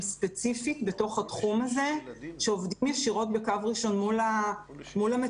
ספציפית בתוך התחום הזה שעובדים בקו ראשון מול המטופלים.